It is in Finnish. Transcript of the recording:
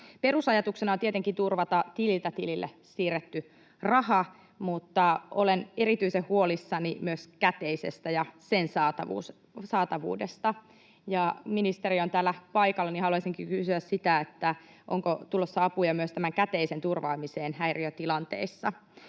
Perusajatuksena on tietenkin turvata tililtä tilille siirretty raha, mutta olen erityisen huolissani myös käteisestä ja sen saatavuudesta. Kun ministeri on täällä paikalla, niin haluaisinkin kysyä sitä, onko tulossa apuja myös käteisen turvaamiseen häiriötilanteissa.